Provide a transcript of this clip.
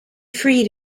freed